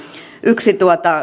yksi